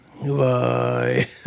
Bye